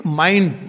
mind